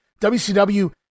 WCW